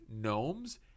gnomes